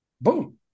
Boom